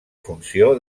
funció